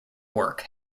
work